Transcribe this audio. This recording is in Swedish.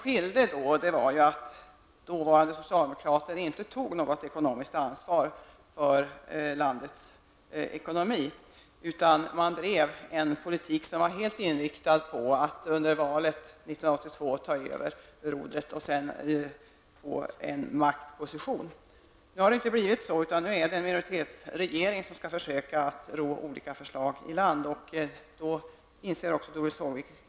År 1982 tog socialdemokraterna inte något ekonomiskt ansvar för landets ekonomi. Man förde en politik som var helt inriktad på att efter valet 1982 ta över rodret och få en maktposition. Nu blev det inte så. I dag skall en minoritetsregering försöka ro olika förslag i land. Även Doris Håvik inser vilka problem som finns.